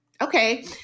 Okay